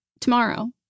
tomorrow